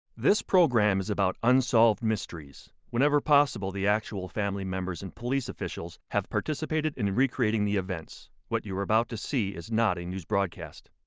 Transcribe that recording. this program is about unsolved mysteries. whenever possible, the actual family members and police officials have participated in recreating the events. what you are about to see is not a news broadcast.